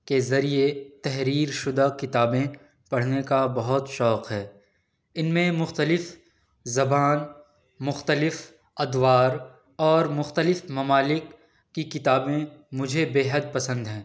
کے ذریعے تحریر شدہ کتابیں پڑھنے کا بہت شوق ہے ان میں مختلف زبان مختلف ادوار اور مختلف ممالک كی کتابیں مجھے بے حد پسند ہیں